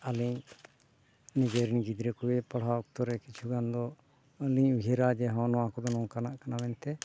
ᱟᱹᱞᱤᱧ ᱱᱤᱡᱮᱨᱮᱱ ᱜᱤᱫᱽᱨᱟᱹ ᱠᱚᱜᱮ ᱯᱟᱲᱦᱟᱣ ᱚᱠᱛᱚᱨᱮ ᱠᱤᱪᱷᱩ ᱜᱟᱱ ᱫᱚ ᱟᱹᱞᱤᱧ ᱩᱭᱦᱟᱹᱨᱟ ᱡᱮ ᱦᱚᱜᱼᱚ ᱱᱚᱣᱟ ᱠᱚᱫᱚ ᱱᱚᱝᱠᱟᱱᱟᱜ ᱠᱟᱱᱟ ᱢᱮᱱᱛᱮ